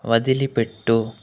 వదిలిపెట్టు